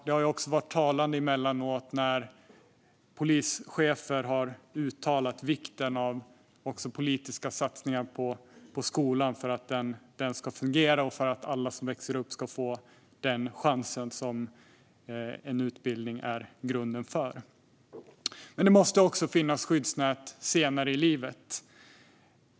Det har också varit talande emellanåt när polischefer har uttalat vikten av politiska satsningar på skolan för att den ska fungera och för att alla som växer upp ska få den chans som en utbildning är grunden för. Men det måste också finnas skyddsnät senare i livet.